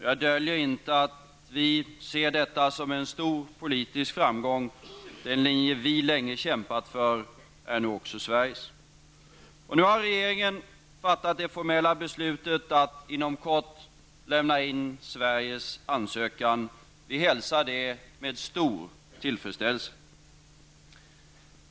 Jag döljer inte att vi moderater ser detta som en stor politisk framgång. Den linje vi länge kämpat för är nu också Sveriges. Och nu har regeringen fattat det formella beslutet att inom kort lämna in Sveriges ansökan. Vi hälsar det med stor tillfredsställelse.